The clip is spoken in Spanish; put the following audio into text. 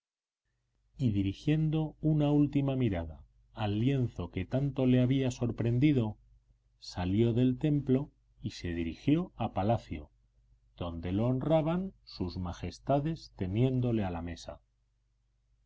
y dirigiendo una última mirada al lienzo que tanto le había sorprendido salió del templo y se dirigió a palacio donde lo honraban sus majestades teniéndole a la mesa